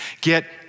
Get